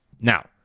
Now